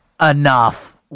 enough